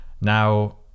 now